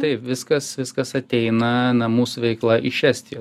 taip viskas viskas ateina na mūsų veikla iš estijos